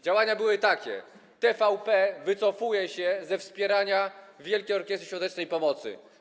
Działania były takie: TVP wycofuje się ze wspierania Wielkiej Orkiestry Świątecznej Pomocy.